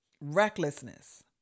Recklessness